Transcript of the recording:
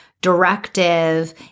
directive